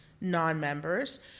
non-members